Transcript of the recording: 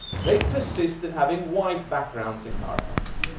they persist in having white backgrounds in powerpoint.